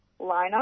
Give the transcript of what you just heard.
lineup